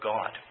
God